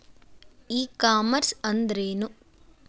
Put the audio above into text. E commerce ಅಂದ್ರೇನು?